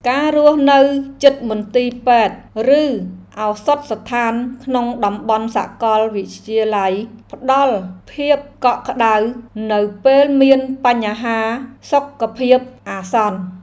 ការរស់នៅជិតមន្ទីរពេទ្យ ឬឱសថស្ថានក្នុងតំបន់សាកលវិទ្យាល័យផ្តល់ភាពកក់ក្តៅនៅពេលមានបញ្ហាសុខភាពអាសន្ន។